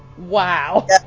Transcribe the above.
wow